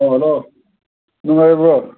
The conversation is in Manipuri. ꯑꯣ ꯍꯜꯂꯣ ꯅꯨꯡꯉꯥꯏꯔꯤꯕꯣ